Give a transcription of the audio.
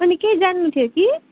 अनि केही जान्नुथ्यो कि